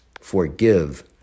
forgive